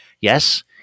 Yes